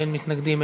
אין מתנגדים,